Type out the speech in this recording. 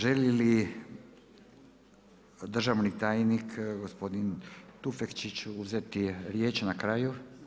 Želi li državni tajnik gospodin Tufekčić uzeti riječ na kraju?